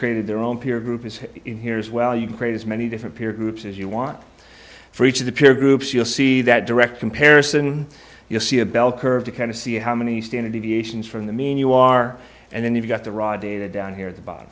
created their own peer group is in here as well you can create as many different peer groups as you want for each of the peer groups you'll see that direct comparison you'll see a bell curve to kind of see how many standard deviations from the mean you are and then you've got the raw data down here the bottom